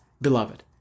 beloved